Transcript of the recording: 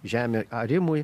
žemė arimui